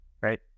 Right